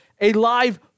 alive